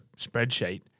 spreadsheet